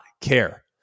care